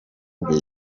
bwe